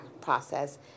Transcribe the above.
process